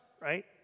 right